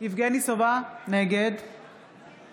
יבגני סובה, נגד